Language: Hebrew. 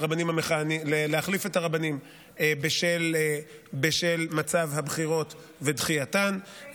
להחליף את הרבנים בשל מצב הבחירות ודחייתן,